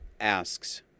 asks